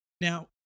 Now